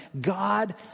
God